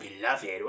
beloved